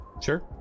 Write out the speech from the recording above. Sure